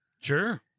Sure